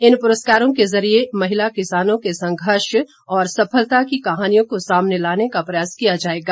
इन पुरस्कारों के जरिए महिला किसानों के संघर्ष और सफलता की कहानियों को सामने लाने का प्रयास किया जाएगा